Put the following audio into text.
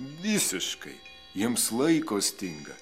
visiškai jiems laiko stinga